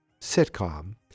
sitcom